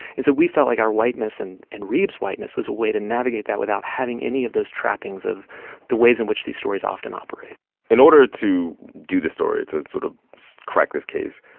and so we felt like our whiteness and and reeb's whiteness was a way to navigate that without having any of those trappings of the ways in which these stories often operate in order to do this story, to sort of so crack this case,